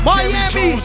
Miami